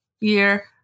year